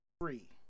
Three